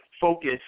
focus